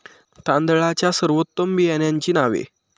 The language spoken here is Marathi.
तांदळाच्या सर्वोत्तम बियाण्यांची नावे?